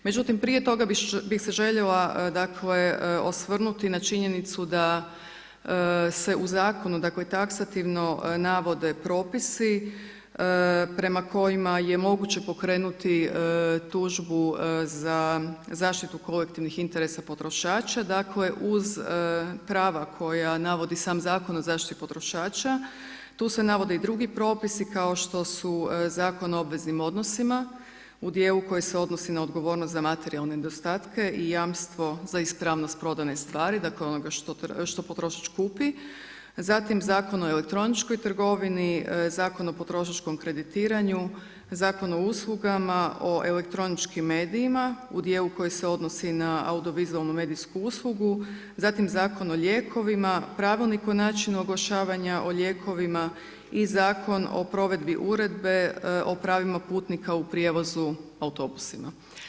Međutim, prije toga bih se željela dakle osvrnuti na činjenicu da se u zakonu dakle taksativno navode propisi prema kojima je moguće pokrenuti tužbu za zaštitu kolektivnih interesa potrošača, dakle uz prava koja navodi sam Zakon o zaštiti potrošača tu se navode i drugi propisi kao što su Zakon o obveznim odnosima u dijelu koji se odnosi na odgovornost za materijalne nedostatke i jamstvo za ispravnost prodane stvari, dakle onoga što potrošač kupi, zatim Zakon o elektroničkoj trgovini, Zakon o potrošačkom kreditiranju, Zakon o uslugama, o elektroničkim medijima u dijelu koji se odnosi na audio-vizualnu medijsku uslugu, zatim Zakon o lijekovima, Pravilnik o načinu oglašavanja o lijekovima i Zakon o provedbi Uredbe o pravima putnika u prijevozu autobusima.